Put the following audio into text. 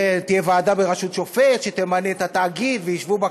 תהיה ועדה בראשות שופט שתמנה את התאגיד וישבו בה